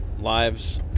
lives